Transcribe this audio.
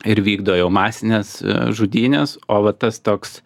ir vykdo jau masines žudynes o va tas toks